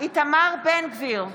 איתמר בן גביר,